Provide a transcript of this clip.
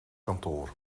kantoor